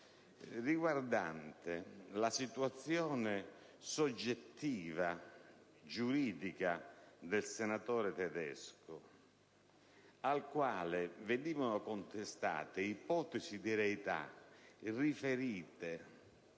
riguardante la situazione soggettiva giuridica del senatore Tedesco, al quale venivano contestate ipotesi di reità riferite